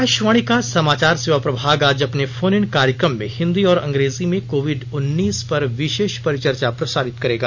आकाशवाणी का समाचार सेवा प्रभाग आज अपने फोन इन कार्यक्रम में हिंदी और अंग्रेजी में कोविड उन्नीस पर विशेष परिचर्चा प्रसारित करेगा